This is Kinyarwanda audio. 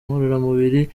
ngororamubiri